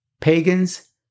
pagans